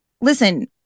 listen